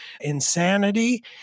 insanity